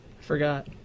Forgot